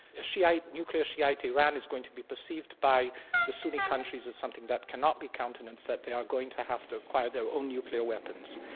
nuclear shiite iran is going to be perceived by the sunni countries as something that cannot be countenanced, that they are going to have to acquire their own nuclear weapons.